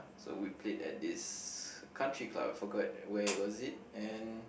so we played at this country club forgot where was it and